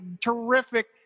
terrific